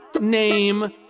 name